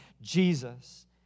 Jesus